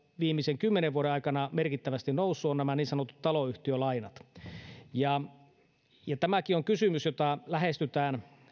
viimeisen kymmenen vuoden aikana merkittävästi noussut nämä niin sanotut taloyhtiölainat tämäkin on kysymys jota lähestytään